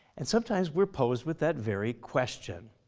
and sometimes we're posed with that very question.